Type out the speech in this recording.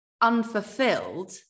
unfulfilled